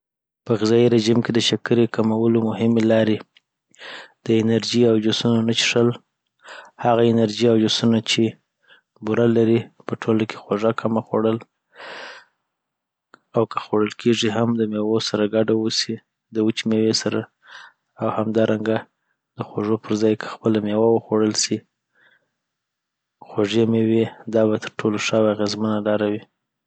په غذایی رژیم کي د شکری کمولو مهمې لارې دانرژي او اجوسونو نه څښل هغه انرژي او اوجوسونه چی بوره لري په ټوله کي خوږه کمه خوړل او که خوړل کیږي هم دمېوو سره ګډه اوسي دوچې مېوې سره او همدارنګه د خوږو پرځای که خپله مېوه وخوړل سي خوږې مېوې دا به ترټولو ښه او اغېزمنه لار وي